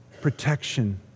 protection